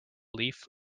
leaf